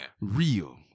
real